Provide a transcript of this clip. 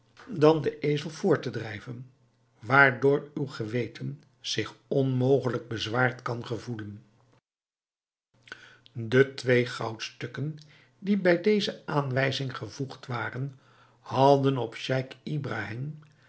dan den ezel voort te drijven waardoor uw geweten zich onmogelijk bezwaard kan gevoelen de twee goudstukken die bij deze aanwijzing gevoegd waren hadden op scheich